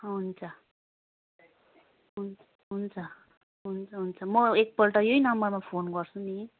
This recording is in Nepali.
हुन्छ हुन्छ हुन्छ हुन्छ म एकपल्ट यही नम्बरमा फोन गर्छु नि